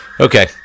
Okay